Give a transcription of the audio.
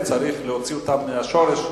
וצריך להוציא אותן מהשורש,